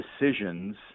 decisions